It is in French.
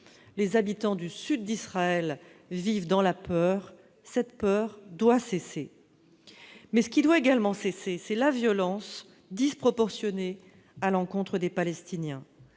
Les habitants du sud d'Israël vivent dans la peur ; cette peur doit cesser. Mais ce qui doit également cesser, c'est la violence disproportionnée à l'encontre des Palestiniens.